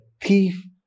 thief